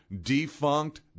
defunct